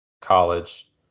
college